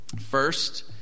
first